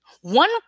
one